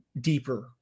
deeper